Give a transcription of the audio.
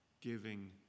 giving